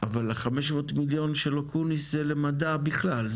אבל ה-500 מיליון של אקוניס זה למדע בכלל.